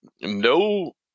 No